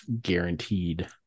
guaranteed